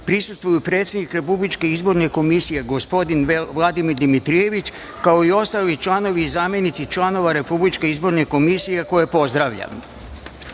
prisustvuju predsednik Republičke izborne komisije gospodin Vladimir Dimitrijević i ostali članovi i zamenici članova Republičke izborne komisije, koje pozdravljam. Podsećam